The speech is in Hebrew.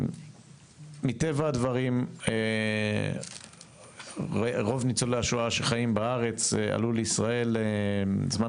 מטבע הדברים רוב ניצולי השואה שחיים בארץ עלו לישראל זמן